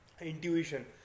intuition